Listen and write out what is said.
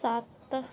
ਸੱਤ